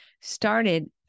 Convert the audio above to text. started